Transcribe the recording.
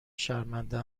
شرمنده